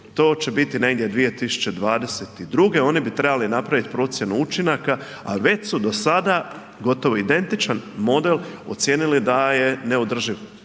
to će biti negdje 2022., oni bi trebali napravit procjenu učinaka, a već su do sada gotovo identičan model ocijenili da je neodrživ.